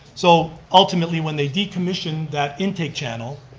so ultimately, when they decommissioned that intake channel,